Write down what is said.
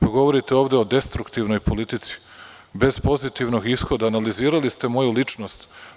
Dok govorite ovde o destruktivnoj politici, bez pozitivnog ishoda, analizirali ste moju ličnost.